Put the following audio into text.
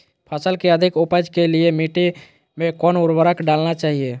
फसल के अधिक उपज के लिए मिट्टी मे कौन उर्वरक डलना चाइए?